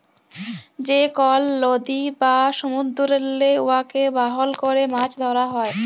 যে কল লদী বা সমুদ্দুরেল্লে উয়াকে বাহল ক্যরে মাছ ধ্যরা হ্যয়